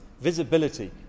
visibility